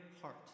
heart